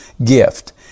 gift